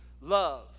love